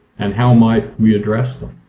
and how might we address them?